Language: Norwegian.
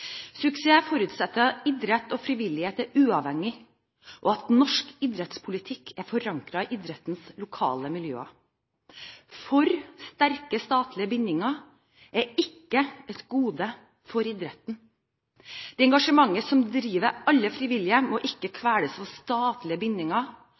Suksess forutsetter at idrett og frivillighet er uavhengig, og at norsk idrettspolitikk er forankret i idrettens lokale miljøer. For sterke statlige bindinger er ikke et gode for idretten. Det engasjementet som driver alle frivillige, må ikke